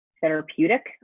therapeutic